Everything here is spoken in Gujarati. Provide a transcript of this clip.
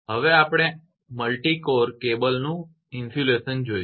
હવે આગળ મલ્ટીએક કરતા વધારે કોર કેબલ માટેનું ઇન્સ્યુલેશન જોઈશું